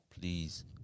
please